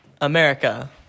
america